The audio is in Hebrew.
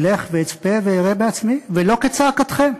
אלך ואצפה ואראה בעצמי, ולא כצעקתכם.